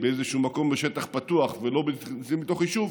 באיזשהו מקום בשטח פתוח ולא נמצאים בתוך יישוב,